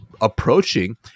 approaching